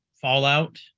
fallout